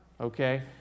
okay